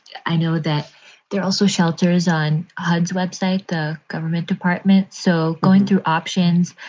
i know that there are also shelters on hud's website, the government department. so going through options,